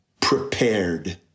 prepared